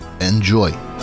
Enjoy